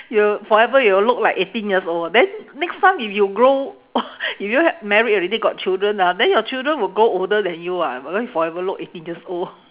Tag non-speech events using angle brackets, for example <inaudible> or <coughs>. you forever you will look like eighteen years old then next time if you grow <coughs> if you <noise> married already got children ah then your children will grow older than you ah because you forever look eighteen years old